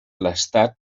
l’estat